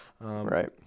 Right